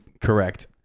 Correct